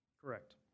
Correct